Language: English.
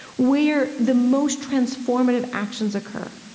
where the most transformative actions occur.